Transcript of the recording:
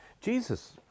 Jesus